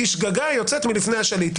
כי שגגה יוצאת מלפני השליט.